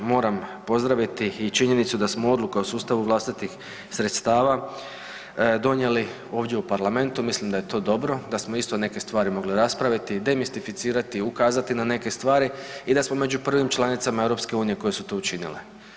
Moram pozdraviti i činjenicu da smo odluke o sustavu vlastitih sredstava donijeli ovdje u parlamentu, mislim da je to dobro, da smo isto neke stvari raspraviti, demistificirati, ukazati na neke stvari i da smo među prvim članicama EU koje su to učinile.